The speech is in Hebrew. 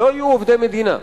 לא יהיו עובדי מדינה,